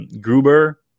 Gruber